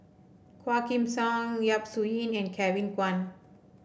Quah Kim Song Yap Su Yin and Kevin Kwan